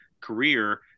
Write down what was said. career